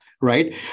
right